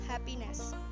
Happiness